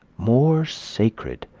more sacred,